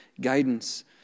guidance